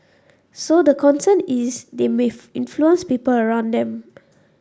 so the concern is they may influence people around them